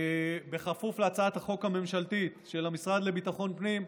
בכפוף להצעת החוק הממשלתית של המשרד לביטחון הפנים,